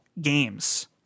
games